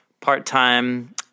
part-time